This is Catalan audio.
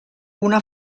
una